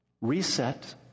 Reset